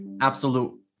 absolute